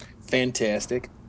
Fantastic